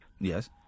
Yes